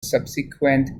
subsequent